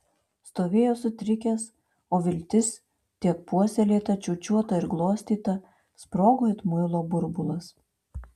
stovėjo sutrikęs o viltis tiek puoselėta čiūčiuota ir glostyta sprogo it muilo burbulas